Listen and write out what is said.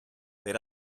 per